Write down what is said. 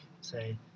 say